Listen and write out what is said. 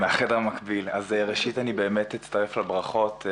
אז ראשית, אני באמת מצטרף לברכות.